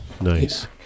Nice